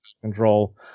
control